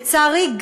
לצערי,